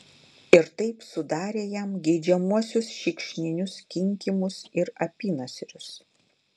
ir taip sudarė jam geidžiamuosius šikšninius kinkymus ir apynasrius